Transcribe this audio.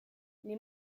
les